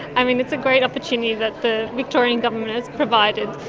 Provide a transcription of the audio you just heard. um it's a great opportunity that the victorian government has provided,